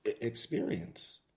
experience